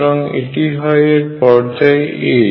সুতরাং এটি হয় এর পর্যায় a